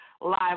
live